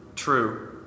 True